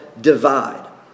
divide